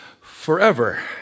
forever